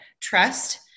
Trust